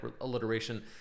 alliteration